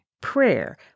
prayer